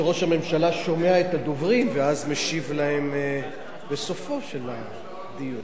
שראש הממשלה שומע את הדוברים ואז משיב להם בסופו של הדיון.